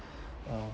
uh